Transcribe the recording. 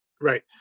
Right